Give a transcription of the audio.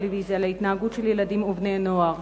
הטלוויזיה על ההתנהגות של ילדים ובני-נוער,